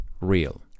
real